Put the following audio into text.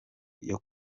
iyi